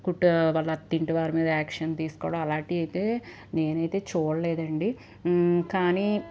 కుట్టో వాళ్ళ అత్తింటి వారి మీద యాక్షన్ తీసుకోవడం అలాంటిది అయితే నేనైతే చూడలేదండి కానీ